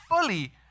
fully